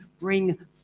bring